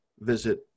visit